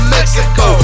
Mexico